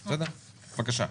בקשה.